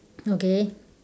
okay